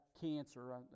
cancer